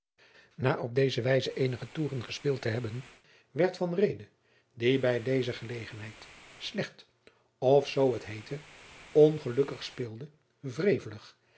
na op deze wijze eenige toeren afgespeeld te hebben werd van reede die bij deze gelegenheid slecht of zoo t heette ongelukkig speelde wrevelig